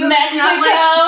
Mexico